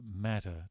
matter